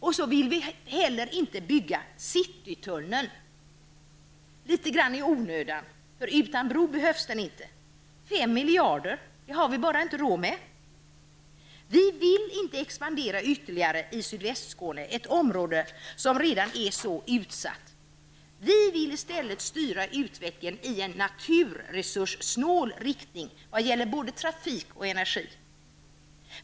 Vi vill inte heller bygga Citytunneln litet grand i onödan. Utan bro behövs den nämligen inte. De 5 miljarder som den kostar har vi bara inte råd med. Vi vill inte expandera ytterligare i Sydvästskåne, ett område som redan är så utsatt. Vi vill i stället styra utvecklingen i en naturresurssnål riktning när det gäller både trafik och energi.